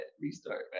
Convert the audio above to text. restart